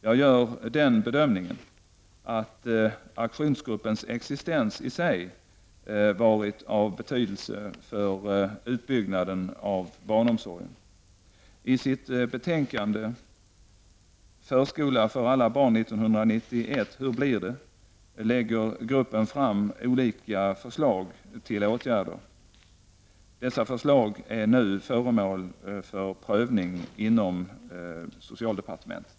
Jag gör den bedömningen att aktionsgruppens existens i sig varit av betydelse för utbyggnaden av barnomsorgen. I sitt betänkande Förskola för alla barn 1991 -- hur blir det? lägger gruppen fram olika förslag till åtgärder. Dessa förslag är nu föremål för prövning inom socialdepartementet.